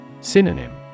Synonym